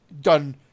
done